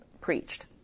preached